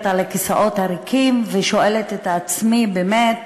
על הכיסאות הריקים ושואלת את עצמי אם באמת